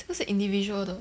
这个是 individual 的